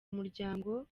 umuryango